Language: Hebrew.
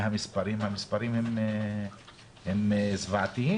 הם זוועתיים.